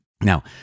Now